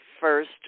first